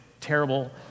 terrible